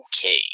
Okay